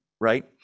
right